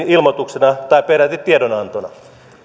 ilmoituksena tai peräti tiedonantona